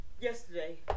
yesterday